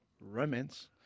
romance